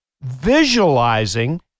visualizing